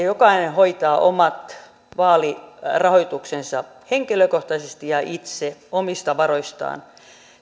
jokainen hoitaa omat vaalirahoituksensa henkilökohtaisesti ja itse omista varoistaan